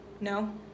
No